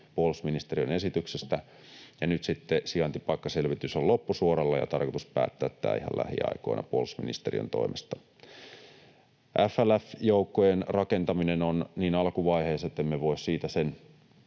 puolustusministeriön esityksestä, ja nyt sitten sijaintipaikkaselvitys on loppusuoralla ja tarkoitus on päättää tämä ihan lähiaikoina puolustusministeriön toimesta. FLF-joukkojen rakentaminen on niin alkuvaiheessa, ettemme voi siitä sen